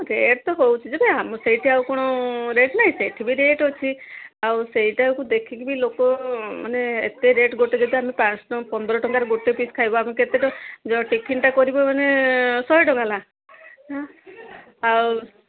ରେଟ୍ତ ହହୁଛି ଯିବା ଆମ ସେଇଠି ଆଉ କ'ଣ ରେଟ୍ ନାହିଁ ସେଇଠି ବି ରେଟ୍ ଅଛି ଆଉ ସେଇଟାକୁ ଦେଖିକି ବି ଲୋକ ମାନେ ଏତେ ରେଟ୍ ଗୋଟେ ଜୋତା ଆମେ ପାଞ୍ଚ ପନ୍ଦର ଟଙ୍କାରେ ଗୋଟେ ପିସ୍ ଖାଇବ ଆମେ କେତେଟା ଟିଫିନ୍ଟା କରିବ ମାନେ ଶହ ଟଙ୍କ ହେଲା ହଁ ଆଉ